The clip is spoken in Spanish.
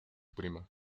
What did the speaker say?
prima